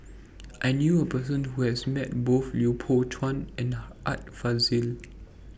I knew A Person Who has Met Both Lui Pao Chuen and Art Fazil